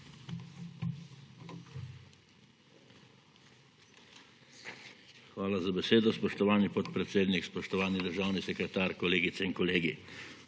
Hvala za besedo, spoštovani podpredsednik. Spoštovani državni sekretar, kolegice in kolegi!